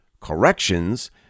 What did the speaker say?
corrections